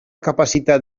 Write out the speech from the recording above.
capacitat